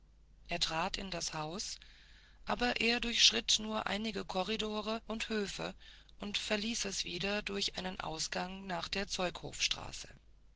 er trat in das haus aber er durchschritt nur einige korridore und höfe und verließ es wieder durch einen ausgang nach der